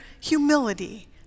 humility